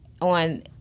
On